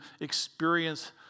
experience